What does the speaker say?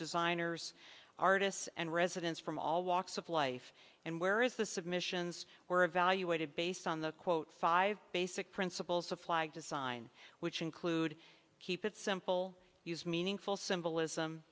designers artists and residents from all walks of life and where is the submissions were evaluated based on the quote five basic principles of flag design which include keep it simple use meaningful symbolism